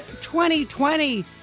2020